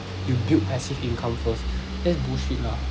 you build passive income first that's bullshit lah